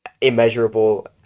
immeasurable